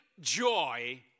joy